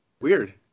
weird